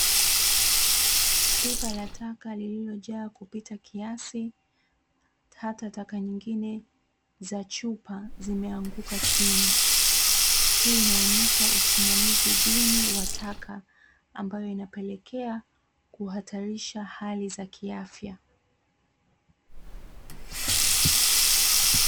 Pipa la taka lililojaa kupita kiasi, hata taka nyingine za chupa zimeanguka chini. Hii inaonyesha usimamizi duni wa taka, ambayo inapelekea kuhatarisha hali za kiafya.